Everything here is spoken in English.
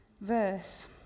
verse